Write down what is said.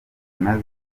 nazo